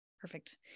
Perfect